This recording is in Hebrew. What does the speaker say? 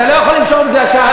אתה לא יכול למשוך, משכתי.